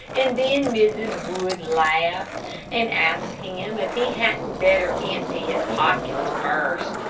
and then mrs. wood laughed and asked him if he hadn't better empty his pockets first.